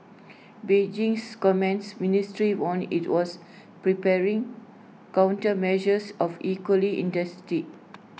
Beijing's commerce ministry warned IT was preparing countermeasures of equally intensity